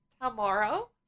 tomorrow